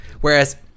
Whereas